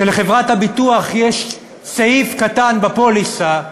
שלחברת הביטוח יש סעיף קטן בפוליסה,